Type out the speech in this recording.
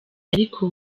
ariko